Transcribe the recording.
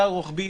כלל רוחבי.